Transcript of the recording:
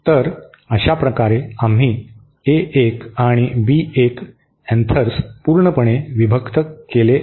तर अशाप्रकारे आम्ही ए 1 आणि बी 1 अँथर्स पूर्णपणे विभक्त केले आहेत